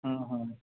ਹੂੰ ਹੂੰ